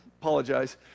apologize